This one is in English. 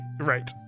Right